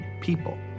people